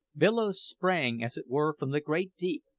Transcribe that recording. billows sprang, as it were, from the great deep,